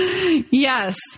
Yes